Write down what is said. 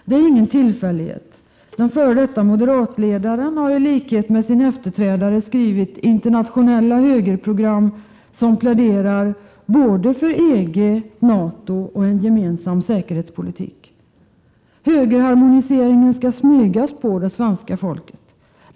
Det är ingen tillfällighet — den f. d. moderatledaren har i likhet med sin efterträdare skrivit internationella högerprogram där man pläderar för såväl EG och Nato som en gemensam säkerhetspolitik. Högerharmoniseringen skall smygas på det svenska folket.